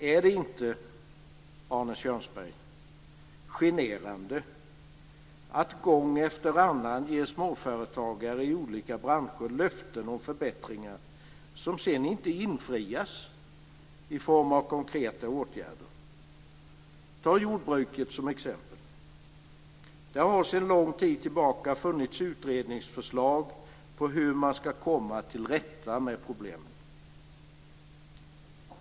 Är det inte generande, Arne Kjörnsberg, att gång efter annan ge småföretagare i olika branscher löften om förbättringar som sedan inte infrias i form av konkreta åtgärder? Ta jordbruket som ett exempel! Där har sedan lång tid tillbaka funnits utredningsförlag till hur man skall komma till rätta med problemen.